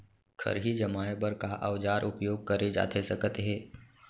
खरही जमाए बर का औजार उपयोग करे जाथे सकत हे?